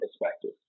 perspective